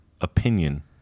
opinion